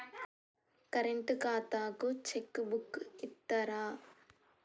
Current ఖాతాకు cheque book ఇత్తరా?